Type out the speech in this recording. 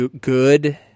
good